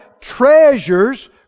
treasures